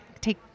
take